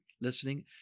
listening